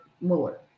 more